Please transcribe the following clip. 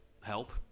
help